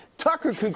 Tucker